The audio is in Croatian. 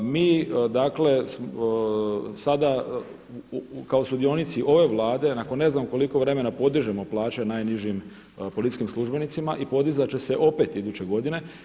Mi dakle sada kao sudionici ove Vlade nakon ne znam koliko vremena podižemo plaće najnižim policijskim službenicima i podizat će se opet iduće godine.